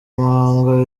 muhango